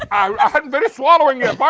i haven't finished swallowing yet.